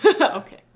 Okay